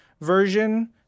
version